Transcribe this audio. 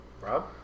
Rob